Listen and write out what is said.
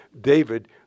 David